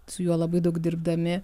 su juo labai daug dirbdami